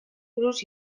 buruz